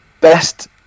Best